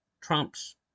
Trump's